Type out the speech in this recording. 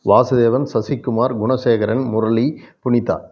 Vasudevan Sasikumar Gunasekaran Murali Punitha